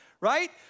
Right